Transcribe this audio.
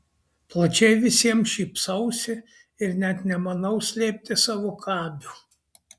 plačiai visiems šypsausi ir net nemanau slėpti savo kabių